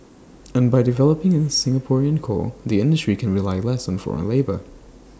and by developing A Singaporean core the industry can rely less on foreign labour